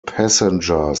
passenger